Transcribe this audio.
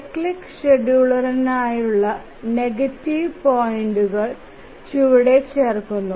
cyclic ഷെഡ്യൂളറിനായുള്ള negative പോയിന്റുകൾ ചുവടെ ചേർക്കുന്നു